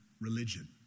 religion